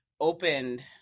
opened